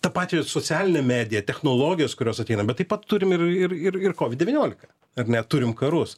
tą pačią ir socialinę mediją technologijos kurios ateina bet taip pat turim ir ir ir covid devyniolika ar ne turim karus